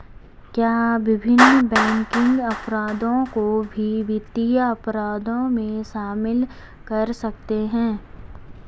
क्या विभिन्न बैंकिंग अपराधों को भी वित्तीय अपराधों में शामिल कर सकते हैं?